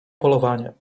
polowanie